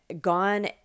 Gone